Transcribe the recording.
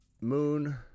Moon